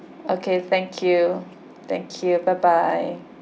okay thank you thank you bye bye